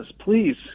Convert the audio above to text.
please